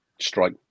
strike